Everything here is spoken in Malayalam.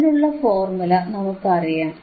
അതിനുള്ള ഫോർമുല നമുക്ക് അറിയാം